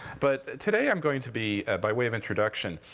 but today i'm going to be, by way of introduction,